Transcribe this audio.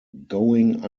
going